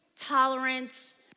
tolerance